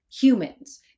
humans